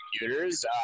computers